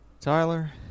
Tyler